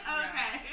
okay